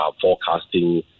forecasting